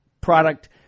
product